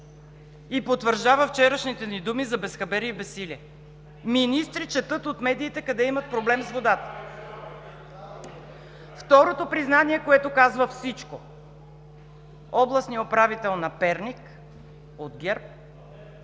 И потвърждава вчерашните ни думи за безхаберие и безсилие. Министри четат от медиите къде има проблем с водата!? (Реплики от ГЕРБ.) Второто признание, което казва всичко – областният управител на Перник, от ГЕРБ,